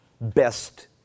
best